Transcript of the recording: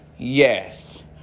Yes